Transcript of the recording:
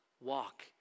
walk